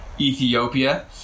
Ethiopia